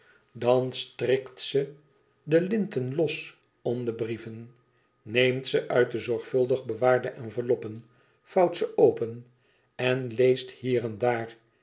dan strikt ze de linten los om de brieven neemt ze uit de zorgvuldig bewaarde enveloppen vouwt ze open en leest hier en daar